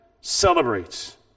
celebrates